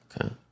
Okay